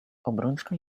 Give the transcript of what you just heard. obrączka